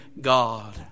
God